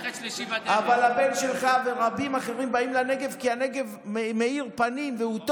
אבל הבן שלך ורבים אחרים באים לנגב כי הנגב מאיר פנים והוא טוב,